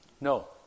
No